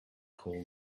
call